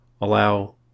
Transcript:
allow